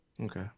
Okay